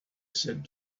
said